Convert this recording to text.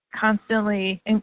constantly